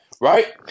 right